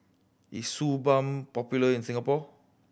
is Suu Balm popular in Singapore